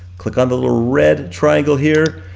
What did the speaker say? click on the little red triangle here.